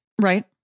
Right